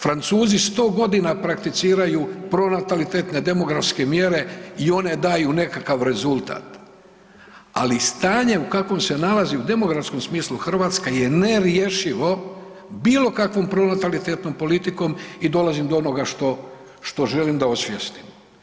Francuzi 100 godina prakticiraju pronatalitetne demografske mjere i one daju nekakav rezultat, ali stanje u kakvom se nalazi u demografskom smislu Hrvatska je nerješivo bilo kakvom pronatalitetnom politikom i dolazim do onoga što želim da osvijestim.